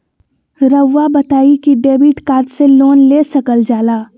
रहुआ बताइं कि डेबिट कार्ड से लोन ले सकल जाला?